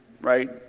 right